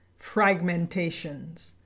Fragmentations